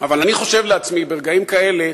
אבל אני חושב לעצמי, ברגעים כאלה,